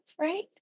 right